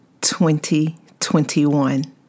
2021